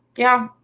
yeah,